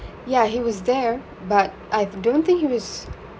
ya he was there but I d~ don't think he was